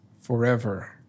forever